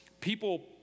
people